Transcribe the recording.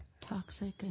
toxic